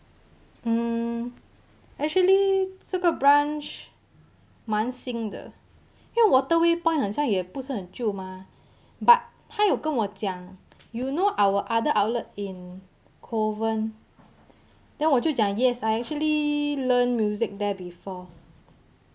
mmhmm actually 这个 branch 蛮新的因为 waterway point 很像也不是很旧嘛 but 他有跟我讲 you know our other outlet in kovan then 我就讲 yes I actually learnt music there before